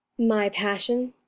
my passion,